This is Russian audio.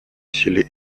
силе